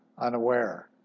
unaware